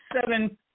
seven